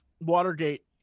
watergate